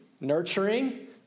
nurturing